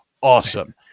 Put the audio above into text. awesome